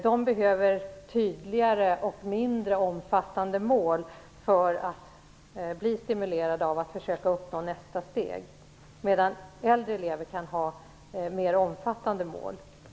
De behöver tydligare och mindre omfattande mål för att bli stimulerade att försöka att uppnå nästa steg, medan äldre elever kan ha mer omfattande mål.